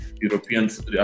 europeans